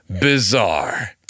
bizarre